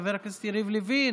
חבר הכנסת יריב לוין.